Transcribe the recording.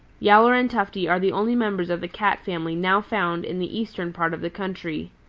yowler and tufty are the only members of the cat family now found in the eastern part of the country.